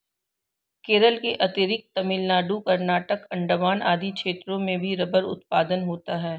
केरल के अतिरिक्त तमिलनाडु, कर्नाटक, अण्डमान आदि क्षेत्रों में भी रबर उत्पादन होता है